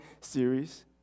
series